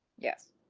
yes,